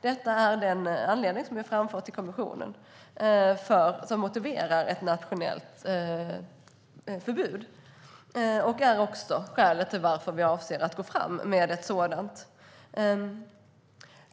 Detta är den anledning som vi har framfört till kommissionen och som motiverar ett nationellt förbud. Det är också skälet till att vi avser att gå fram med ett sådant.